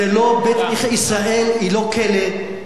ישראל היא לא כלא,